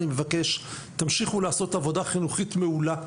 אני מבקש שתמשיכו לעשות עבודה חינוכית מעולה.